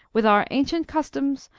with our ancient customs,